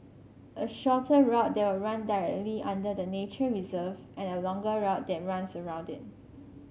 a shorter route that will run directly under the nature reserve and a longer route that runs around it